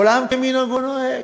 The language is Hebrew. עולם כמנהגו נוהג,